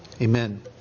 Amen